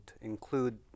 include